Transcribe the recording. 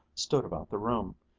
stood about the room,